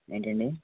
ఏంటండి